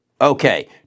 Okay